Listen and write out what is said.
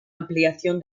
ampliación